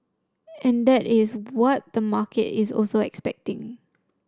and that is what the market is also expecting